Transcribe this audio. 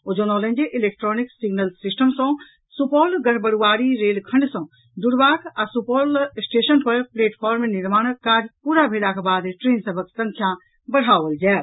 ओ जनौलनि जे electronic signal system सँ सुपौल गढ़बरूआरी रेलखंड सँ जुड़बाक आ सुपौल स्टेशन पर प्लेटफॉर्म निर्माण काज पूरा भेलाक बाद ट्रेन सभक संख्या बढ़ाओल जायत